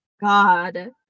God